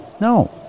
No